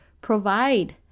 provide